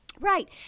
Right